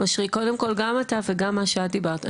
אושרי גם אתה וגם מה שאת דיברתי,